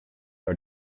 are